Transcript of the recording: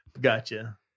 gotcha